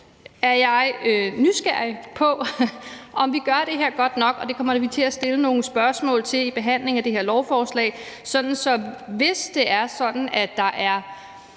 er jeg nysgerrig på, om vi gør det her godt nok, og det kommer vi til at stille nogle spørgsmål til i behandlingen af det her lovforslag, sådan at vi, hvis det er sådan, at der er